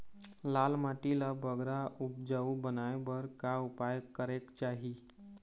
लाल माटी ला बगरा उपजाऊ बनाए बर का उपाय करेक चाही?